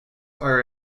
are